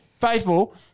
Faithful